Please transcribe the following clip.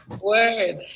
Word